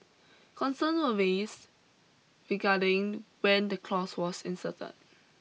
concern were raised regarding when the clause was inserted